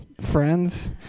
friends